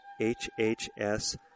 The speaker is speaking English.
H-H-S